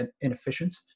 inefficient